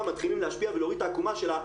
מתחילים להשפיע ולהוריד את העקומה שלה,